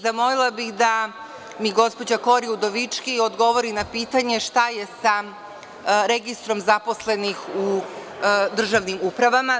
Zamolila bih i da mi gospođa Kori Udovički odgovori na pitanje - šta je sa registrom zaposlenih u državnim upravama?